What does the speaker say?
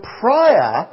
prior